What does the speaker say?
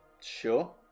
Sure